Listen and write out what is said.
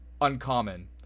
uncommon